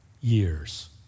years